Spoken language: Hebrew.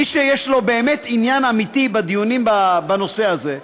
מי שיש לו באמת עניין אמיתי בדיונים בנושא הזה,